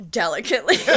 delicately